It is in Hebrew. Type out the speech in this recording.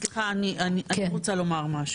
אני רוצה לומר משהו.